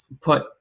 put